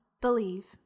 Believe